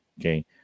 Okay